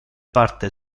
parte